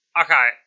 Okay